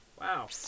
Wow